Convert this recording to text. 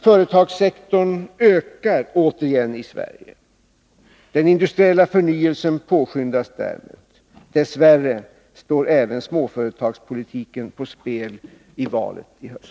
Företagssektorn ökar återigen i Sverige. Den industriella förnyelsen påskyndas därmed. Dess värre står även småföretagspolitiken på spel i valet i höst.